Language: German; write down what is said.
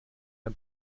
ein